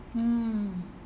mm